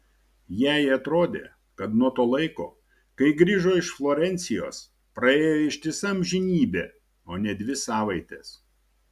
jai atrodė kad nuo to laiko kai grįžo iš florencijos praėjo ištisa amžinybė o ne dvi savaitės